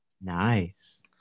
Nice